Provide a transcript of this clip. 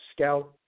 Scout